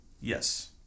Yes